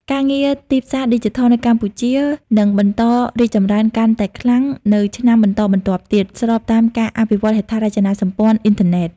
ការងារទីផ្សារឌីជីថលនៅកម្ពុជានឹងបន្តរីកចម្រើនកាន់តែខ្លាំងនៅឆ្នាំបន្តបន្ទាប់ទៀត ស្របតាមការអភិវឌ្ឍហេដ្ឋារចនាសម្ព័ន្ធអ៊ីនធឺណិត។